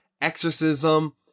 exorcism